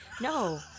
No